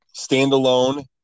standalone